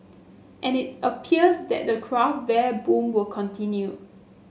and it appears that the craft bear boom will continue